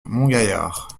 montgaillard